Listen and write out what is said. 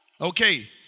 Okay